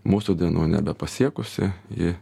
mūsų dienų nebepasiekusi ji